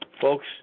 folks